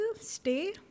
stay